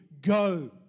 Go